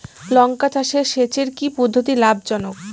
লঙ্কা চাষে সেচের কি পদ্ধতি লাভ জনক?